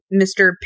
Mr